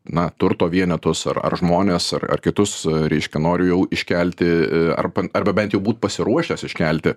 na turto vienetus ar ar žmones ar ar kitus reiškia noriu jau iškelti ar arba bent jau būt pasiruošęs iškelti